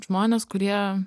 žmonės kurie